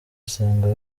usanga